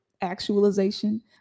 Actualization